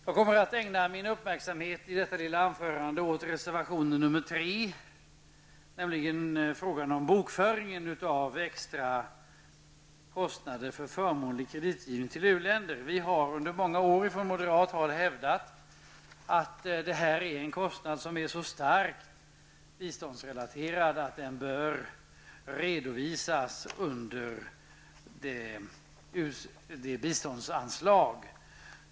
Jag kommer först att ägna min uppmärksamhet i detta lilla anförande åt reservation 3. Det gäller frågan om bokföring av extrakostnader för förmånliga krediter till u-länder. Vi har under många år från moderat håll hävdat att det här är en kostnad som är så starkt biståndsrelaterad att den bör redovisas under biståndsanslaget.